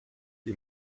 die